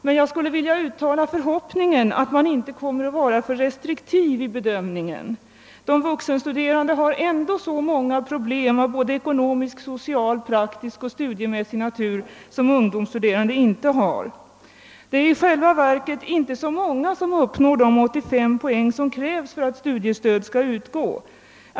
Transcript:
Men jag skulle vilja uttala förhoppningen att man inte kommer att vara alltför restriktiv vid bedömningen. De vuxenstuderande har ändå så många problem av ekonomisk, social, praktisk och studiemässig natur som ungdomsstuderande inte har. Det är i själva verket inte så många som uppnår de 85 poäng som krävs för att studiestöd skall utgå.